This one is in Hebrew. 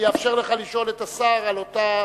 אני אאפשר לך לשאול את השר על אותה